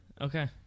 okay